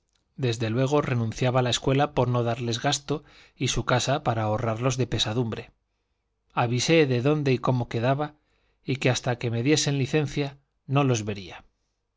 desde luego renunciaba la escuela por no darles gasto y su casa para ahorrarlos de pesadumbre avisé de dónde y cómo quedaba y que hasta que me diesen licencia no los vería